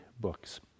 books